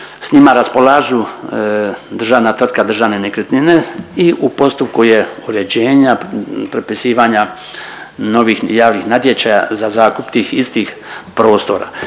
s njima raspolažu državna tvrtka Državne nekretnine i u postupku je uređenja, propisivanja novih i javnih natječaja za zakup tih istih prostora.